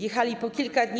Jechały po kilka dni.